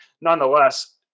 nonetheless